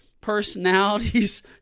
personalities